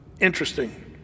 Interesting